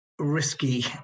Risky